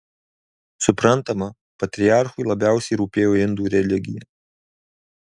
suprantama patriarchui labiausiai rūpėjo indų religija